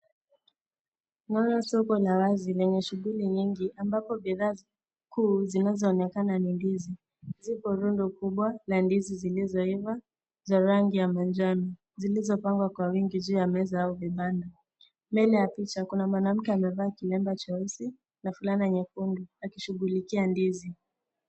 Naona soko la wazi lenye shughuli nyingi, ambapo bidhaa kuu zinazoonekana ni ndizi. Ziko rundo kubwa la ndizi zilizoiva za rangi ya manjano, zilizopangwa kwa wingi juu ya meza au vibanda. Mbele ya picha, kuna mwanamke amevaa kilemba cheusi na fulana nyekundu akimshughulikia ndizi.